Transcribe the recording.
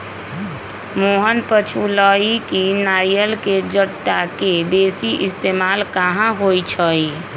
मोहन पुछलई कि नारियल के जट्टा के बेसी इस्तेमाल कहा होई छई